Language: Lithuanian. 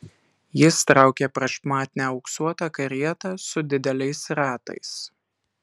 jis traukė prašmatnią auksuotą karietą su dideliais ratais